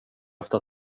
efter